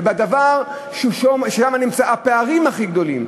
ובדבר שבו נמצאים הפערים הכי גדולים,